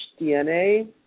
DNA